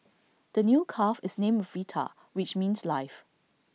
the new calf is named Vita which means life